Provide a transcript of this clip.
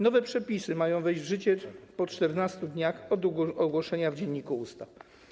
Nowe przepisy mają wejść w życie po 14 dniach od ogłoszenia w Dzienniku Ustaw.